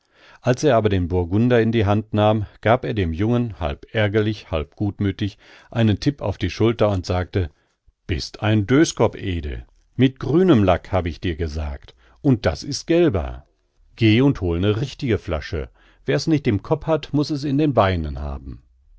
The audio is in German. als er aber den burgunder in die hand nahm gab er dem jungen halb ärgerlich halb gutmüthig einen tipp auf die schulter und sagte bist ein döskopp ede mit grünem lack hab ich dir gesagt und das ist gelber geh und hol ne richtige flasche wer's nich im kopp hat muß es in den beinen haben